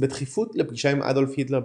בדחיפות לפגישה עם אדולף היטלר בגרמניה.